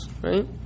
right